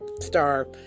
star